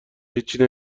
هیچی